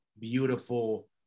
beautiful